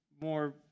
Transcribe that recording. more